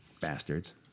Bastards